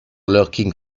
lurking